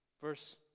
Verse